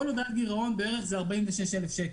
כל הודעת גירעון זה בערך 46,000 שקל.